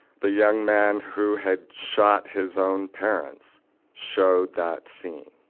the young man who had shot his own parents showed that scene.